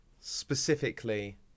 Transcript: specifically